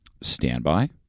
standby